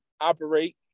operate